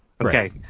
okay